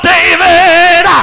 David